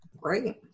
Great